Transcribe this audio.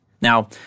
Now